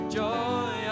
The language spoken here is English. joy